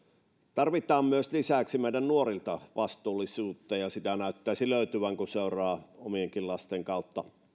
lisäksi myös meidän nuorilta tarvitaan vastuullisuutta ja sitä näyttäisi löytyvän kun seuraan omienkin lasten kautta